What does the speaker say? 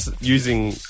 using